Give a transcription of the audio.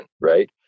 right